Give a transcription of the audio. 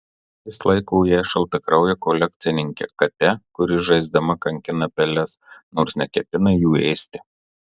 jis laiko ją šaltakrauje kolekcininke kate kuri žaisdama kankina peles nors neketina jų ėsti